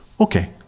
okay